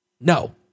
No